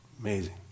Amazing